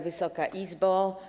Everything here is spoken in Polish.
Wysoka Izbo!